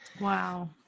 Wow